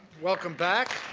welcome back.